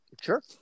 Sure